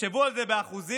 תחשבו על זה באחוזים,